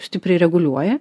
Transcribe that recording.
stipriai reguliuoja